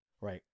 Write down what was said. right